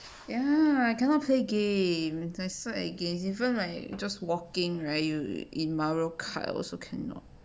ya cannot I play game that's why I gaze even like just walking right you yo~ in mario kart also cannot